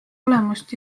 olemust